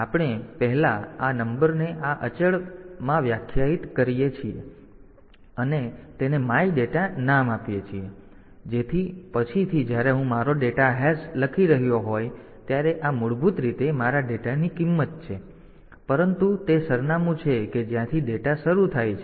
તેથી આપણે પહેલા આ નંબરને આ અચળ ભારતમાં વ્યાખ્યાયિત કરીએ છીએ અને તેને માય ડેટા નામ આપીએ છીએ જેથી પછીથી જ્યારે હું મારો ડેટા હેશ લખી રહ્યો હોઉં ત્યારે આ મૂળભૂત રીતે મારા ડેટાની કિંમત છે અને મારા ડેટાની કિંમત કંઈ નથી પરંતુ તે સરનામું છે કે જ્યાંથી ડેટા શરૂ થાય છે